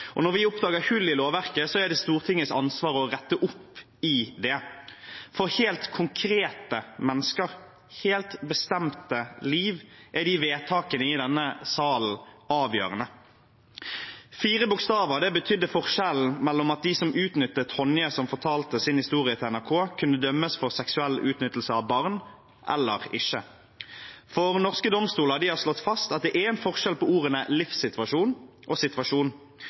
Når vi oppdager hull i lovverket, er det Stortingets ansvar å rette opp i det. For helt konkrete mennesker, helt bestemte liv, er de vedtakene i denne sal avgjørende. Fire bokstaver betydde forskjellen på hvorvidt de som utnyttet Tonje, som fortalte sin historie til NRK, kunne dømmes for seksuell utnyttelse av barn eller ikke, for norske domstoler har slått fast at det er forskjell på ordene «livssituasjon» og «situasjon». Dagens straffelov § 295 første ledd bokstav c er